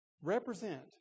represent